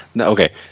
okay